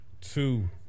two